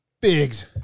Biggs